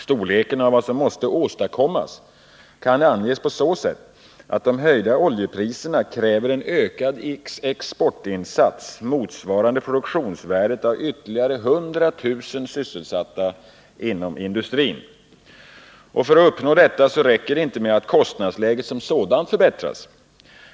Storleken av vad som måste åstadkommas kan anges på så sätt att de höjda oljepriserna kräver en ökad exportinsats motsvarande produktionsvärdet av ytterligare 100 000 sysselsatta inom industrin. För att uppnå detta räcker det inte med att kostnadsläget som sådant förbättras.